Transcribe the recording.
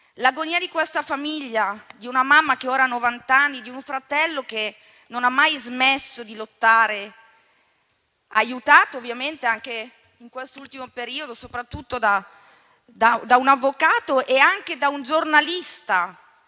L'agonia di questa famiglia, di una mamma che ora ha novant'anni e di un fratello che non ha mai smesso di lottare, aiutato anche, in quest'ultimo periodo, da un avvocato e da un giornalista,